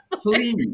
Please